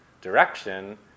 direction